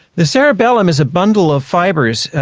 the cerebellum is a bundle of fibres,